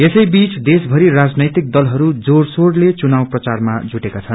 यसैबीच देशभरि राजनैतिक दलहरू जो शोरले चुाव प्रचारमा जुटेका छन्